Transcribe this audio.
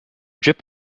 drip